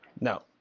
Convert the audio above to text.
No